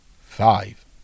five